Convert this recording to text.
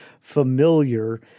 familiar